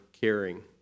caring